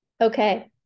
Okay